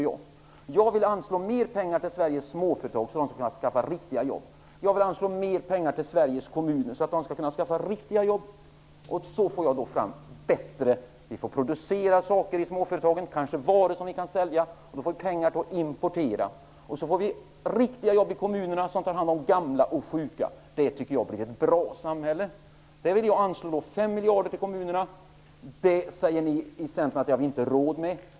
Jag vill anslå mer pengar till Sveriges småföretag så att de kan skapa riktiga jobb. Jag vill anslå mer pengar till Sveriges kommuner så att de kan skapa riktiga jobb. Småföretagen kan producera varor som kan säljas. Då får vi pengar så att vi kan importera. I kommunerna kan man skapa riktiga jobb genom att ta hand om gamla och sjuk. Det skulle bli ett bra samhälle. Jag vill anslå 5 miljarder till kommunerna. Det säger ni i Centern att vi inte har råd med.